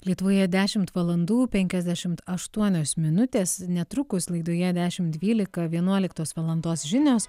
lietuvoje dešimt valandų penkiasdešimt aštuonios minutės netrukus laidoje dešimt dvylika vienuoliktos valandos žinios